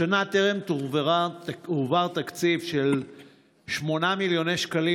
השנה טרם הועבר תקציב של 8 מיליוני שקלים